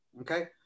okay